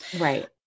right